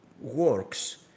works